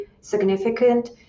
significant